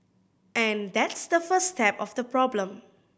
and that's the first step of the problem